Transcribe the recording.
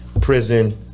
prison